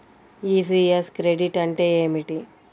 ECS credit అంటే ఏమిటి?